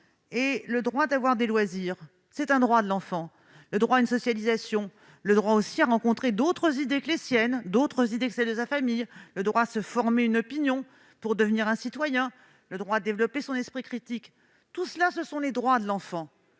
et le droit d'avoir des loisirs ». Le droit à une socialisation, le droit à rencontrer d'autres idées que les siennes et que celles de sa famille, le droit à se former une opinion pour devenir un citoyen, le droit à développer son esprit critique sont des droits de l'enfant.